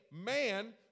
man